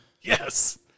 Yes